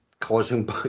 causing